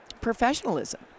professionalism